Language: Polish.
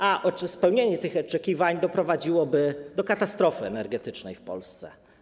A spełnienie tych oczekiwań doprowadziłoby do katastrofy energetycznej w Polsce.